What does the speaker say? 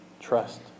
Trust